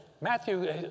Matthew